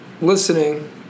listening